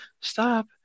stop